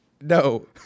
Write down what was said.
No